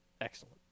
excellent